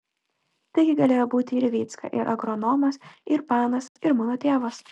tai galėjo būti ir vycka ir agronomas ir panas ir mano tėvas